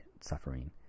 suffering